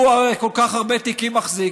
הוא הרי כל כך הרבה תיקים מחזיק,